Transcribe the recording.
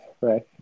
right